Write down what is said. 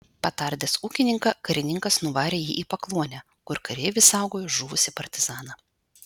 patardęs ūkininką karininkas nuvarė jį į pakluonę kur kareivis saugojo žuvusį partizaną